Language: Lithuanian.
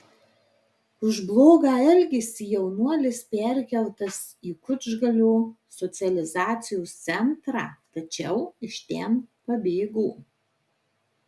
už blogą elgesį jaunuolis perkeltas į kučgalio socializacijos centrą tačiau iš ten pabėgo